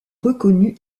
reconnu